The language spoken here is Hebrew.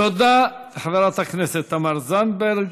תודה לחברת הכנסת תמר זנדברג.